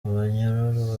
abanyororo